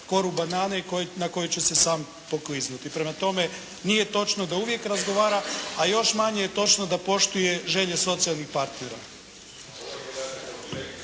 koru banane na koju će se sam pokliznuti. Prema tome, nije točno da uvijek razgovara, a još manje je točno da poštuje želje socijalnih partnera.